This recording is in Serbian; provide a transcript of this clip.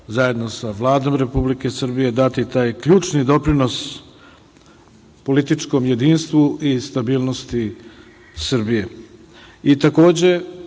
zajedno sa Vladom Republike Srbije dati taj ključni doprinos političkom jedinstvu i stabilnosti Srbije. Takođe